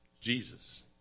Jesus